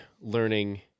learning